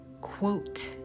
quote